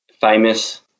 famous